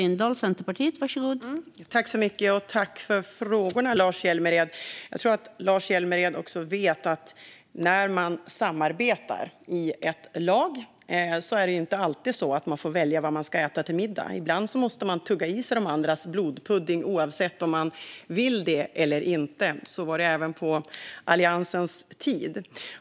Fru talman! Jag tackar Lars Hjälmered för frågan. Jag tror att Lars Hjälmered vet att när man samarbetar i ett lag får man inte alltid välja vad man ska äta till middag. Ibland måste man tugga i sig de andras blodpudding oavsett om man vill eller inte. Så var det även på Alliansens tid.